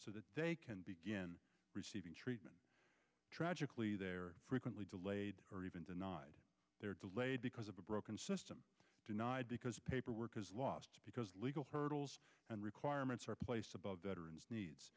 so that they can begin receiving treatment tragically they're frequently delayed or even denied they're delayed because of a broken system denied because paperwork is lost because legal hurdles and requirements are place above veterans needs